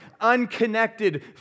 unconnected